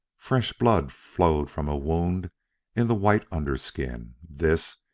fresh blood flowed from a wound in the white under-skin this,